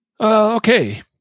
Okay